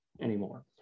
anymore